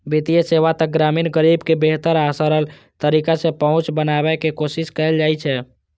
वित्तीय सेवा तक ग्रामीण गरीब के बेहतर आ सरल तरीका सं पहुंच बनाबै के कोशिश कैल जाइ छै